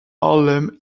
harlem